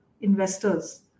investors